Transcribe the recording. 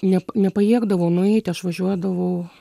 nep nepajėgdavau nueit aš važiuodavau